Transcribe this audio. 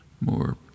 more